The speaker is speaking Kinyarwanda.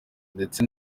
ndetse